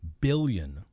billion